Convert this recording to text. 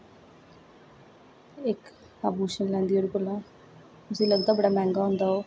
इक आभूषण लैंदी ओह्दे कोला उसी लगदा बड़ा मैहंगा होंदा